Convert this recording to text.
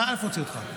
לאיפה הוציאו אותך?